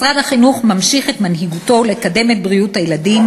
משרד החינוך ממשיך להיות מנהיג בקידום בריאות הילדים,